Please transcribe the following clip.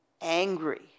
angry